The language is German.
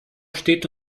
steht